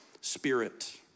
spirit